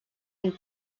and